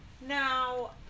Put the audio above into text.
Now